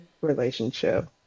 relationship